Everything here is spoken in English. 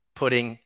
putting